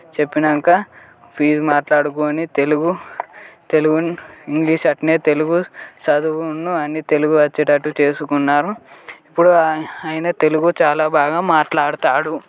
చెప్పినాక ఫీజు మాట్లాడుకుని తెలుగు తెలుగు ఇంగ్లీష్ అట్టనే తెలుగు తెలుగును చదువు అన్నీ వచ్చేటట్టు చేసుకున్నారు ఇప్పుడు ఆయన తెలుగు చాలా బాగా మాట్లాడుతాడు